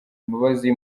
imbabazi